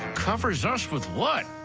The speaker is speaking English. covers us with what?